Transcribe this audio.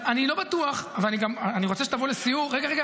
אני רוצה שתבוא לסיור ------ תשלים --- לכלל המשק.